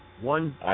one